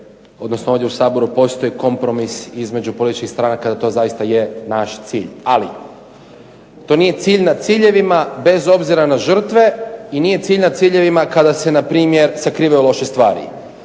odnosno ovdje u Saboru postoji kompromis između političkih stranaka da to zaista je naš cilj. Ali to nije cilj nad ciljevima, bez obzira na žrtve i nije cilj nad ciljevima kada se npr. sakrivaju loše stvari.